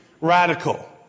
Radical